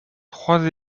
trois